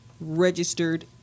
registered